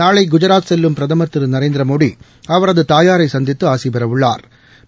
நாளை குஜராத் செல்லும் பிரதமா் திரு நரேந்திரமோடி அவரது தயாாரை சந்தித்து ஆசிபெறவுள்ளாா்